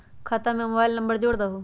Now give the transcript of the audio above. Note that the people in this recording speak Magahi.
खाता में मोबाइल नंबर जोड़ दहु?